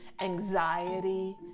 anxiety